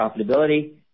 profitability